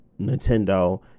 nintendo